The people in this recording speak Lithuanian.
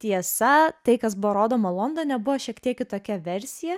tiesa tai kas buvo rodoma londone buvo šiek tiek kitokia versija